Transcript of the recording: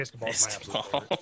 basketball